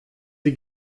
sie